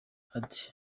ati